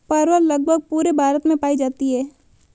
परवल लगभग पूरे भारत में पाई जाती है